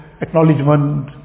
acknowledgement